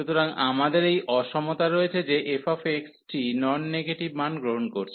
সুতরাং আমাদের এই অসমতা রয়েছে যে fx টি নন নেগেটিভ মান গ্রহণ করছে